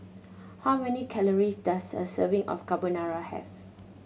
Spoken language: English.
how many calories does a serving of Carbonara have